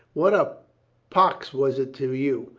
what a pox was it to you,